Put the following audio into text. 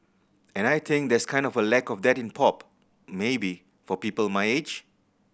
and I think there's kind of a lack of that in pop maybe for people my age